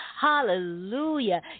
Hallelujah